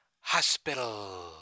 Hospital